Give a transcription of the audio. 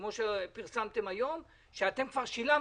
כפי שפרסמתם היום שאתם כבר שילמתם.